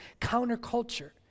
counterculture